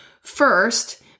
first